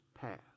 path